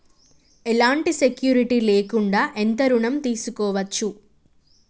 ఎలాంటి సెక్యూరిటీ లేకుండా ఎంత ఋణం తీసుకోవచ్చు?